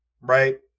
Right